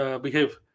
behave